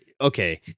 Okay